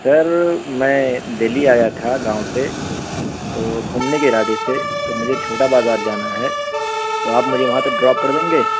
سر میں دہلی آیا تھا گاؤں سے تو گھومنے کے ارادے سے تو مجھے چھوٹا بازار جانا ہے تو آپ مجھے وہاں تک ڈراپ کر دیں گے